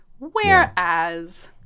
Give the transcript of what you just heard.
Whereas